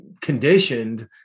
conditioned